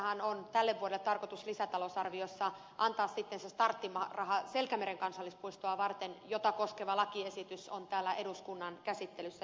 tässähän on tarkoitus tälle vuodelle lisätalousarviossa antaa sitten se starttiraha selkämeren kansallispuistoa varten jota koskeva lakiesitys on täällä eduskunnan käsittelyssä jo olemassa